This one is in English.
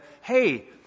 Hey